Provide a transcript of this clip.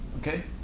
okay